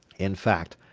in fact,